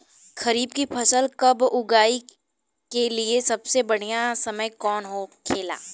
खरीफ की फसल कब उगाई के लिए सबसे बढ़ियां समय कौन हो खेला?